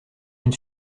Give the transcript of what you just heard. une